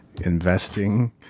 investing